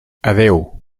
adéu